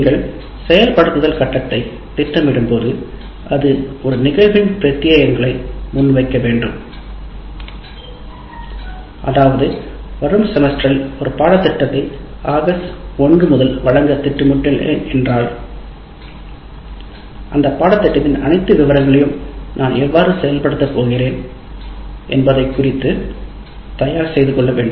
நீங்கள் செயல்படுத்தல் கட்டத்தைத் திட்டமிடும்போது அது ஒரு நிகழ்வின் பிரத்தியேகங்களை முன்வைக்க வேண்டும் அதாவது வரும் செமஸ்டரில் ஒரு பாடத்திட்டத்தை வழங்க திட்டமிட்டுள்ளேன் என்றால் ஆகஸ்ட் 1 முதல் அந்த பாடத்திட்டத்தின் அனைத்து விவரங்களையும் நான் எவ்வாறு செயல்படுத்த போகிறேன் என்பதைக் குறித்து தயார் செய்து கொள்ள வேண்டும்